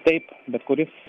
taip bet kuris